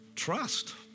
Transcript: trust